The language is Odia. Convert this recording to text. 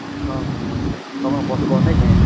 ହଁ ହଉ ହଁ ବା ତୁମ ବସ୍ରୁ ବନେଇକି